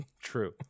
True